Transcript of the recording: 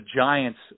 Giants